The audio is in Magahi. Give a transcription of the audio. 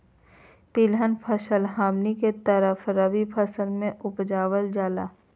तिलहन फसल हमनी के तरफ रबी मौसम में उपजाल जाला